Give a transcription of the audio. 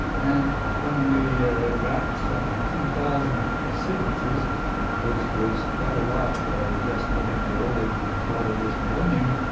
and when we got some two thousand sequences which was quite a lot just in the early part of this millennium,